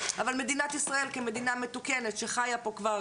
אבל מדינת ישראל כמדינה מתוקנת שחיה פה כבר